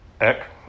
ek